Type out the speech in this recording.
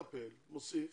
אתה מטפל, מוסיף